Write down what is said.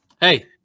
Hey